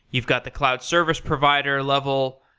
you've got the cloud service provider level.